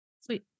Sweet